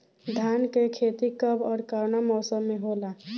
धान क खेती कब ओर कवना मौसम में होला?